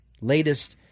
Latest